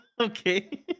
okay